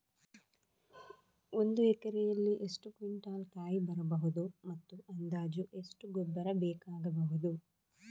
ಒಂದು ಎಕರೆಯಲ್ಲಿ ಎಷ್ಟು ಕ್ವಿಂಟಾಲ್ ಕಾಯಿ ಬರಬಹುದು ಮತ್ತು ಅಂದಾಜು ಎಷ್ಟು ಗೊಬ್ಬರ ಬೇಕಾಗಬಹುದು?